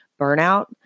burnout